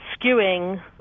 skewing